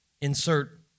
insert